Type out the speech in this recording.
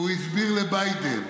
והוא הסביר לביידן,